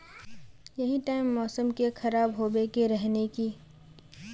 यही टाइम मौसम के खराब होबे के रहे नय की?